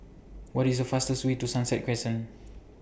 What IS The fastest Way to Sunset Crescent